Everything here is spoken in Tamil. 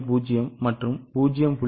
0 மற்றும் ஆண்டின் 0